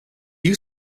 you